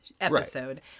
episode